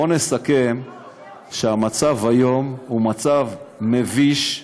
בואו נסכם שהמצב היום הוא מצב מביש,